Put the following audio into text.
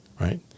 right